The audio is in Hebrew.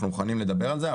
אנחנו מוכנים לדבר על זה,